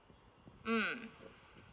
mm